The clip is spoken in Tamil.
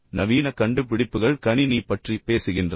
எனவே நவீன கண்டுபிடிப்புகள் கணினி பற்றி பேசுகின்றன